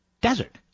desert